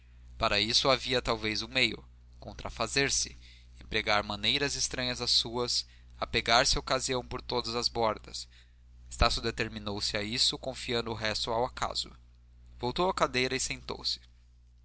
para isso havia talvez um meio contrafazer se empregar maneiras estranhas às suas apegar se à ocasião por todas as bordas estácio determinou se a isso confiando o resto ao acaso voltou à cadeira e sentou-se